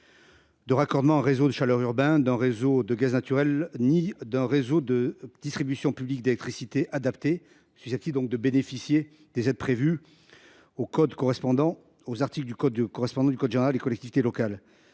de raccordement à un réseau de chaleur urbain, d’un réseau de gaz naturel ni d’un réseau de distribution public d’électricité adapté, susceptibles de bénéficier des aides prévues à l’article L. 2224 31 du code général des collectivités locales.